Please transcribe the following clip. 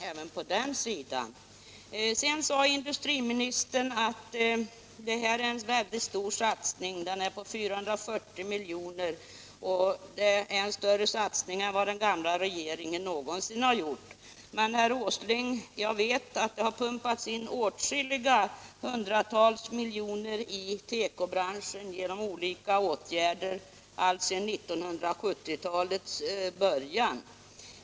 Sedan sade industriministern att det här är en mycket stor satsning. Den är på 440 milj.kr., och det är en större satsning än den gamla regeringen någonsin gjort, sade han. Men, herr Åsling, jag vet att det har pumpats in åtskilliga hundratal miljoner i tekobranschen genom olika åtgärder alltsedan 1970-talets början.